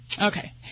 okay